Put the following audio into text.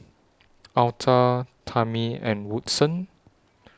Alta Tamie and Woodson